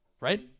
right